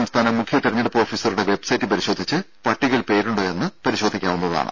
സംസ്ഥാന മുഖ്യ തിരഞ്ഞെടുപ്പ് ഓഫീസറുടെ വെബ്സൈറ്റ് പരിശോധിച്ച് പട്ടികയിൽ പേരുണ്ടോ എന്ന് പരിശോധിക്കാവുന്നതാണ്